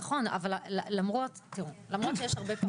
נכון, אבל תראו, למרות שיש הרבה פרמטרים.